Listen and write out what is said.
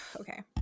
Okay